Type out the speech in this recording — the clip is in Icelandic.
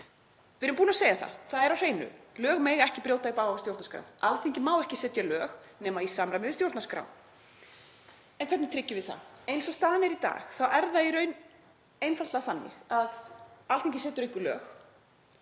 Við erum búin að segja það og það er á hreinu, að lög mega ekki brjóta í bága við stjórnarskrá. Alþingi má ekki setja lög nema í samræmi við stjórnarskrá. En hvernig tryggjum við það? Eins og staðan er í dag þá er það í raun einfaldlega þannig að Alþingi setur lög